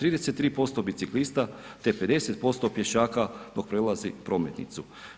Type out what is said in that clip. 33% biciklista te 50% pješaka dok prelazi prometnicu.